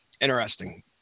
interesting